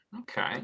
Okay